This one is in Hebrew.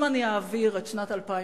אם אני אעביר את שנת 2011,